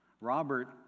Robert